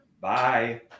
bye